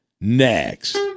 next